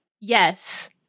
Yes